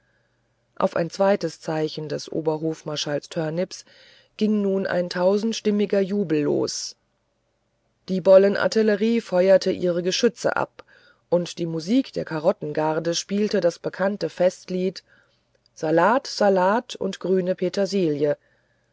auf ein zweites zeichen des oberhofmarschalls turneps ging nun ein tausendstimmiger jubel los die bollenartillerie feuerte ihr geschütz ab und die musiker der karottengarde spielten das bekannte festlied salat salat und grüne petersilie